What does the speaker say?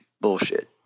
bullshit